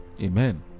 Amen